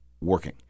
working